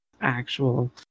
actual